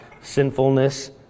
sinfulness